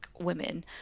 women